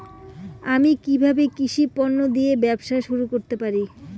আমি কিভাবে কৃষি পণ্য দিয়ে ব্যবসা শুরু করতে পারি?